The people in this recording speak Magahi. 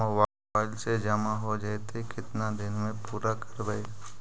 मोबाईल से जामा हो जैतय, केतना दिन में पुरा करबैय?